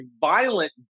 violent